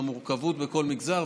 על המורכבות בכל מגזר,